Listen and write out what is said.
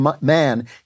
man